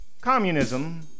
Communism